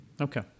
Okay